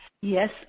Yes